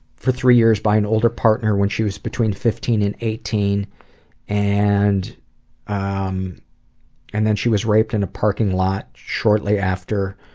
for three years by an older partner when she was between fifteen and eighteen and um and then she was raped in a parking lot shortly after,